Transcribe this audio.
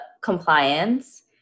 compliance